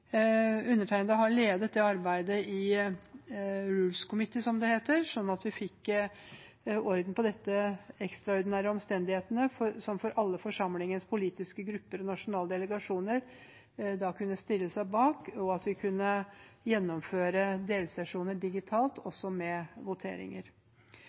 Undertegnede har ledet det arbeidet i «rules committee», som det heter, slik at vi fikk orden på dette i de ekstraordinære omstendighetene, for at alle forsamlingens politiske grupper og nasjonale delegasjoner kunne stille seg bak det, og at vi kunne gjennomføre delsesjoner digitalt,